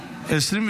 (תיקון,